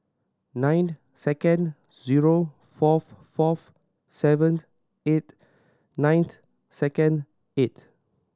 ninth second zero fourth fourth seventh eighth ninth second eighth